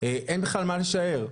אין בכלל מה לשער.